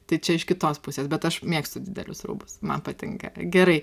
tai čia iš kitos pusės bet aš mėgstu didelius rūbus man patinka gerai